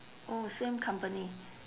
oh same company